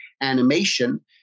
Animation